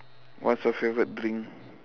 what is your favourite drink